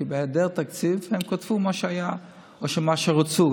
כי בהיעדר תקציב הם כתבו מה שהיה או מה שרצו,